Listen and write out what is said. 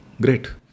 Great